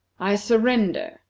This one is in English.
i surrender!